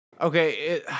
Okay